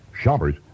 Shoppers